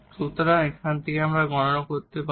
সুতরাং এখান থেকে আমরা গণনা করতে পারি